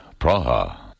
Praha